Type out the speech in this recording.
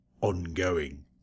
ongoing